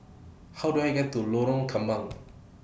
How Do I get to Lorong Kembang